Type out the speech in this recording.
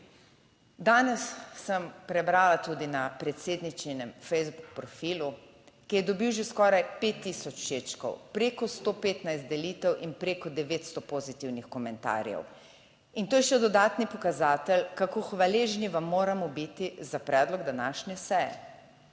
Danes sem prebrala tudi na predsedničinem Facebook profilu, ki je dobil že skoraj 5 tisoč všečkov, preko 115 delitev in preko 900 pozitivnih komentarjev in to je še dodatni pokazatelj, kako hvaležni vam moramo biti za predlog današnje seje.